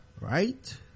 right